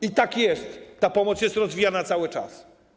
I tak jest, ta pomoc jest rozwijana cały czas.